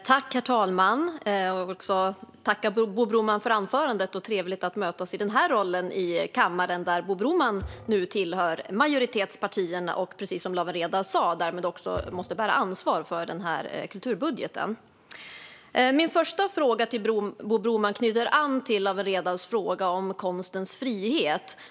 Herr talman! Jag vill tacka Bo Broman för anförandet. Det är trevligt att mötas i den här rollen i kammaren, där Bo Broman nu tillhör majoriteten och, precis som Lawen Redar sa, därmed också måste bära ansvar för kulturbudgeten. Min första fråga till Bo Broman knyter an till Lawen Redars fråga om konstens frihet.